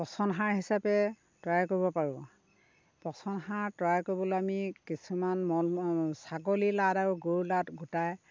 পচন সাৰ হিচাপে তৈয়াৰ কৰিব পাৰোঁ পচন সাৰ তৈয়াৰ কৰিবলৈ আমি কিছুমান মল ছাগলী লাদ আৰু গৰু লাদ গোটাই